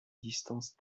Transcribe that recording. distance